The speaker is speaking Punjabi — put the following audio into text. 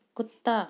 ਕੁੱਤਾ